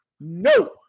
no